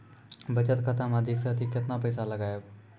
बचत खाता मे अधिक से अधिक केतना पैसा लगाय ब?